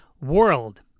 World